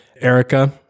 Erica